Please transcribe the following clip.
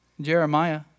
Jeremiah